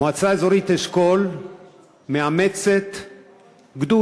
מועצה אזורית אשכול מאמצת גדוד.